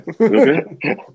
Okay